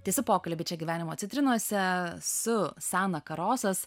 tęsiu pokalbį čia gyvenimo citrinose su sana karosas